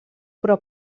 però